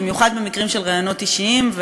במיוחד במקרים של ראיונות אישיים,